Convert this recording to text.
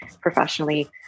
professionally